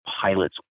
pilots